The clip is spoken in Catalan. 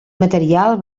material